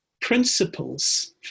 principles